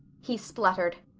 he spluttered,